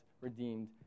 redeemed